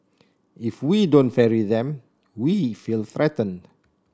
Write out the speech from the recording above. if we don't ferry them we feel threatened